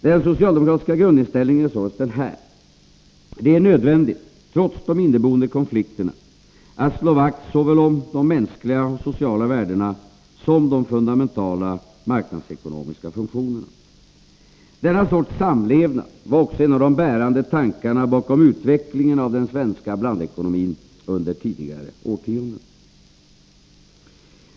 Den socialdemokratiska grundinställningen är således denna: Det är nödvändigt, trots de inneboende konflikterna, att slå vakt om såväl de mänskliga och sociala värdena som de fundamentala marknadsekonomiska funktionerna. Denna sorts ”samlevnad” var också en av de bärande tankarna bakom utvecklingen av den svenska blandekonomin under tidigare årtionden.